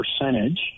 percentage